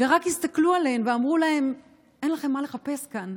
רק הסתכלו עליהן ואמרו להן: אין לכן מה לחפש כאן,